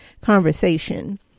conversation